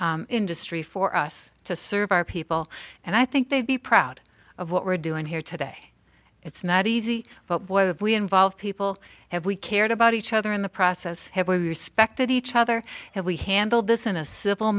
industry for us to serve our people and i think they'd be proud of what we're doing here today it's not easy but boy have we involved people have we cared about each other in the process have we were respected each other have we handled this in a civil